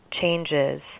changes